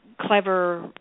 clever